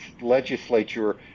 legislature